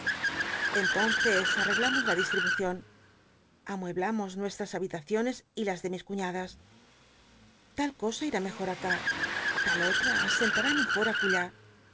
entonces aneglamos la dislribucion amueblamos nuestras habi taciones y las de mis cuñadas tal cosa irá mejor acti tal otra sentará mejor acull